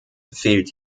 fehlt